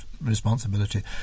responsibility